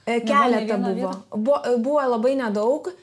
keleta buvo buvo buvo labai nedaug